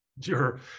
Sure